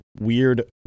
weird